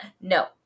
no